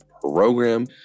program